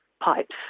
pipes